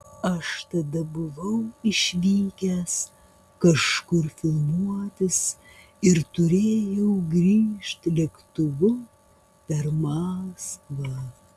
aš tada buvau išvykęs kažkur filmuotis ir turėjau grįžt lėktuvu per maskvą